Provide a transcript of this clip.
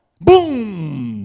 Boom